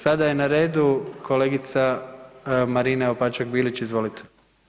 Sada je na redu kolegica Marina Opačak Bilić, izvolite.